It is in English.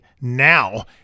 now